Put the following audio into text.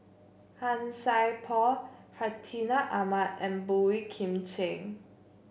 Han Sai Por Hartinah Ahmad and Boey Kim Cheng